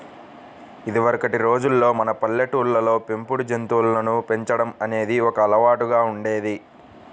ఇదివరకటి రోజుల్లో మన పల్లెటూళ్ళల్లో పెంపుడు జంతువులను పెంచడం అనేది ఒక అలవాటులాగా ఉండేది